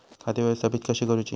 खाती व्यवस्थापित कशी करूची?